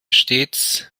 stets